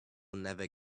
never